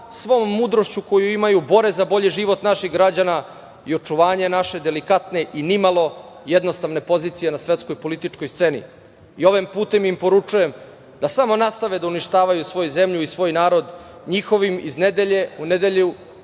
svom mudrošću koju imaju bore za bolji život naših građana i očuvanje naše delikatne i nimalo jednostavne pozicije na svetskoj političkoj sceni. Ovim putem im poručujem da samo nastave da uništavaju svoju zemlju i svoj narod njihovim iz nedelje u nedelju